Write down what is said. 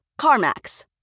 CarMax